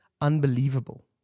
unbelievable